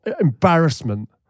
embarrassment